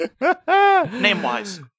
Name-wise